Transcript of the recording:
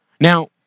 Now